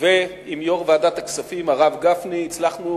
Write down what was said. ועם יו"ר ועדת הכספים הרב גפני הצלחנו